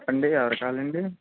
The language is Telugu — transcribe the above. చెప్పండి ఎవరు కావాలండి